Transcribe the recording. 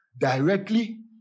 Directly